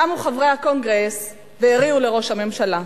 קמו חברי הקונגרס והריעו לראש הממשלה,